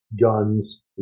guns